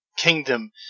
Kingdom